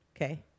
Okay